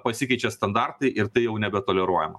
pasikeičia standartai ir tai jau nebetoleruojama